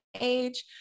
age